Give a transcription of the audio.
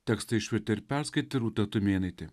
tekstą išvertė ir perskaitė rūta tumėnaitė